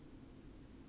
okay